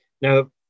Now